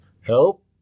help